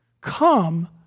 come